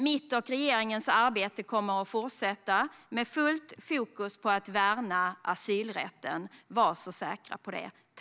Mitt och regeringens arbete kommer att fortsätta med fullt fokus på att värna asylrätten, var så säkra på det.